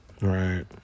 Right